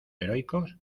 heroicos